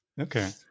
Okay